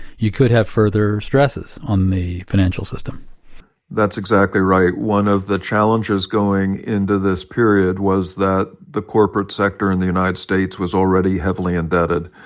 you could have further stresses on the financial system that's exactly right. one of the challenges going into this period was that the corporate sector in the united states was already heavily indebted.